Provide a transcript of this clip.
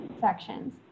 sections